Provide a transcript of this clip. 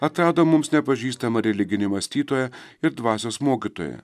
atrado mums nepažįstamą religinį mąstytoją ir dvasios mokytoją